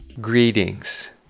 Greetings